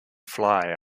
fly